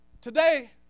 today